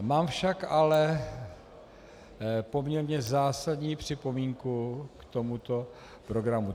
Mám však poměrně zásadní připomínku k tomuto programu.